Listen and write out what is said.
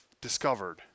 discovered